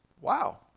Wow